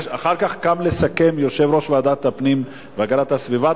אחר כך קם לסכם יושב-ראש ועדת הפנים והגנת הסביבה,